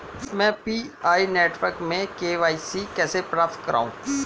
मैं Pi network में KYC कैसे प्राप्त करूँ?